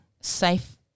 safe